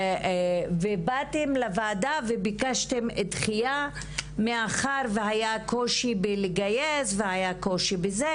באתם לוועדה וביקשתם דחייה מאחר שהיה קושי לגייס והיה קושי אחר,